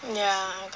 ya